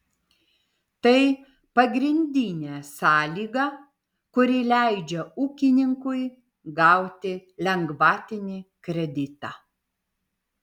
tai pagrindinė sąlyga kuri leidžia ūkininkui gauti lengvatinį kreditą